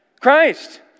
Christ